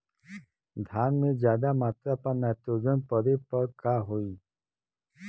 धान में ज्यादा मात्रा पर नाइट्रोजन पड़े पर का होई?